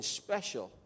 special